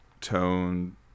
tone